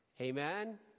Amen